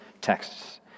texts